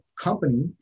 company